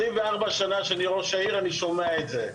24 שנים שאני ראש העיר אני שומע את זה,